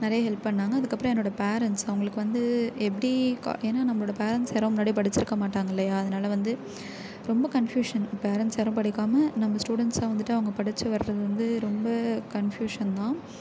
நிறைய ஹெல்ப் பண்ணிணாங்க அதுக்கப்புறம் என்னோடய பேரன்ட்ஸ் அவங்களுக்கு வந்து எப்படி க ஏன்னால் நம்மளோடய பேரன்ட்ஸ் யாரும் முன்னாடியே படிச்சிருக்க மாட்டாங்க இல்லையா அதனால் வந்து ரொம்ப கன்ஃப்யூஷன் பேரன்ட்ஸ் யாரும் படிக்காமல் நம்ம ஸ்டூடென்ட்ஸாக வந்துட்டு அவங்க படிச்சு வரது வந்து ரொம்ப கன்ஃப்யூஷன்தான்